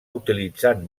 utilitzant